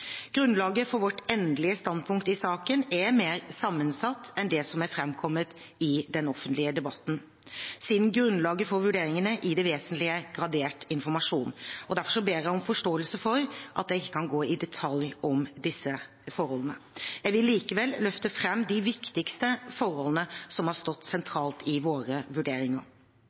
Grunnlaget for vårt endelige standpunkt i saken er mer sammensatt enn det som er framkommet i den offentlige debatten. Siden grunnlaget for vurderingene i det vesentlige er gradert informasjon, ber jeg om forståelse for at jeg ikke kan gå i detalj om disse forholdene. Jeg vil likevel løfte fram de viktigste forholdene som har stått sentralt i våre vurderinger.